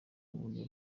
buryo